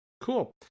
Cool